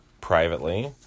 privately